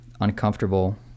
uncomfortable